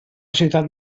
ciutat